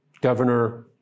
governor